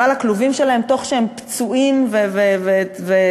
לכלובים שלהם תוך שהם פצועים וצווחים,